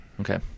Okay